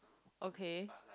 okay